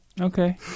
Okay